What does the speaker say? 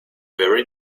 very